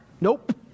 nope